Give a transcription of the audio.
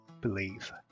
believe